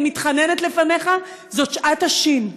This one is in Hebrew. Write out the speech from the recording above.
אני מתחננת לפניך, זאת שעת השין.